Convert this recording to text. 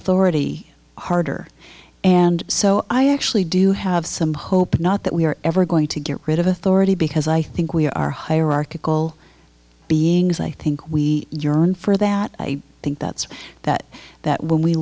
authority harder and so i actually do have some hope not that we are ever going to get rid of authority because i think we are hierarchical beings i think we yearn for that i think that's that that when we